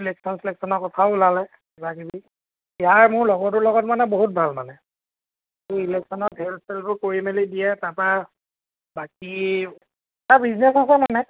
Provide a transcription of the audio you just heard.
election চিলেকশচনৰ কথাও ওলালে কিবা কিবি ইয়াৰ মোৰ লগটোৰ লগত মানে বহুত ভাল মানে সি ইলেকশ্যনত হেল্প চেল্পবােৰ কৰি মেলি দিয়ে তাৰ পৰা বাকী তাৰ বিজনেছ আছে মানে